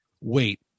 wait